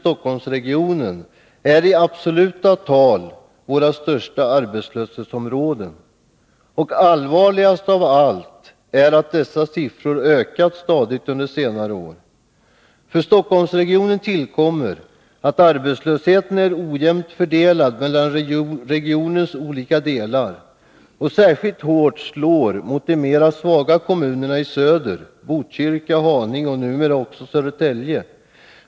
Stockholmsregionen, är i absoluta tal våra största arbetslöshetsområden. Och allvarligast av allt är att dessa siffror ökat stadigt under senare år. För Stockholmsregionen tillkommer att arbetslösheten är ojämnt fördelad mellan regionens olika delar och särskilt hårt slår mot de mera svaga kommunerna i söder — Botkyrka, Haninge och numera också Södertälje.